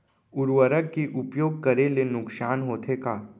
उर्वरक के उपयोग करे ले नुकसान होथे का?